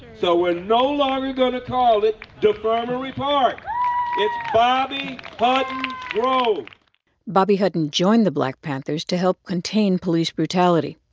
so we're no longer going to call it defremery park. it's bobby hutton grove bobby hutton joined the black panthers to help contain police brutality.